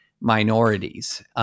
minorities